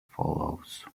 follows